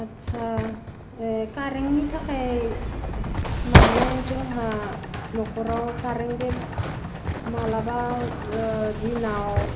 आदसा ओह कारेन्टनि थाखाय मानि जोंहा न'खराव कारेन्टबो मालाबा ओह दिनाव